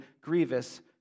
grievous